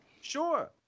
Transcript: Sure